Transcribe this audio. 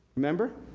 remember?